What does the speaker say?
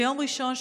ביום ראשון,